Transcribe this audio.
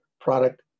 product